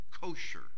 kosher